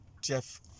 Jeff